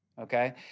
okay